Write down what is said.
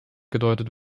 gedeutet